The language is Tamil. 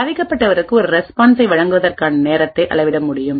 பாதிக்கப்பட்டவருக்கு ஒரு ரெஸ்பான்ஸை வழங்குவதற்கான நேரத்தை அளவிட முடியும்